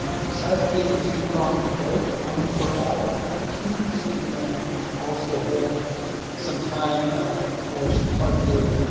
take a two pronged approach, one for all students and then um also build some time for some targeted,